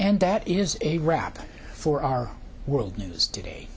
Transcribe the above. and that is a wrap for our world news today